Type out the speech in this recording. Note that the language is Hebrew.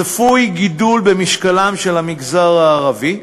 צפוי גידול במשקלם של המגזר הערבי,